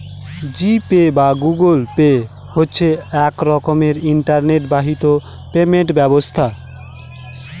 জি pay বা Google pay হচ্ছে এক রকমের ইন্টারনেট বাহিত পেমেন্ট ব্যবস্থা